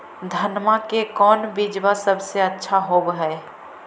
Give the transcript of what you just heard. धनमा के कौन बिजबा सबसे अच्छा होव है?